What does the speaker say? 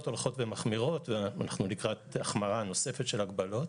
הולכות ומחמירות ואנחנו לקראת החמרה נוספת של הגבלות.